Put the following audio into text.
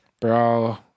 Bro